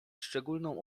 szczególną